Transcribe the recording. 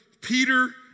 Peter